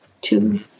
two